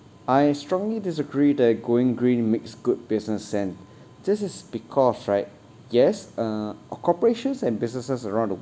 I strongly disagree that going green makes good business sense this is because right yes uh c~ corporations and businesses around the